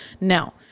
Now